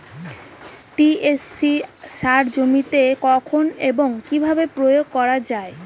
TSP সার জমিতে কখন এবং কিভাবে প্রয়োগ করা য়ায়?